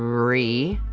brie,